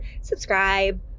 subscribe